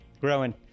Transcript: Growing